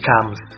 comes